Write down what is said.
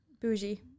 bougie